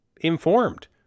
informed